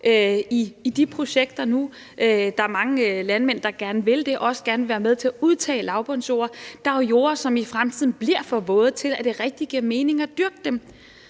i de projekter nu. Der er mange landmænd, der gerne vil det, og som også gerne vil være med til at udtage lavbundsjorder. Der er jo jorder, som i fremtiden bliver for våde til, at det rigtig giver mening at dyrke dem.